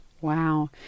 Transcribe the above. Wow